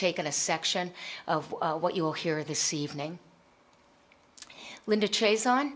taken a section of what you will hear this evening linda chase on